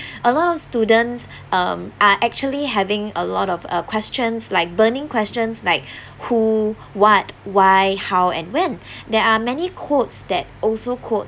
a lot of students um are actually having a lot of uh questions like burning questions like who what why how and when there are many quote that also quote